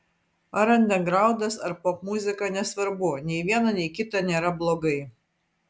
ar andergraundas ar popmuzika nesvarbu nei viena nei kita nėra blogai